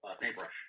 paintbrush